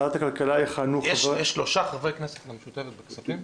יש שלושה חברי כנסת מהמשותפת בכספים?